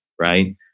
right